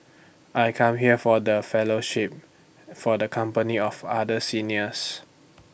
I come here for the fellowship for the company of other seniors